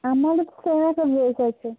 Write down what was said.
আমার ড্রেস আছে